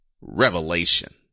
revelation